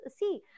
see